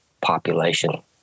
population